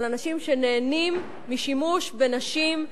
של אנשים שנהנים משימוש בנשים,